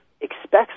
expects